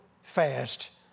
fast